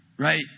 right